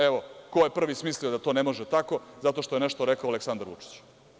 Evo, ko je prvi smislio da to ne može tako zato što je nešto rekao Aleksandar Vučić.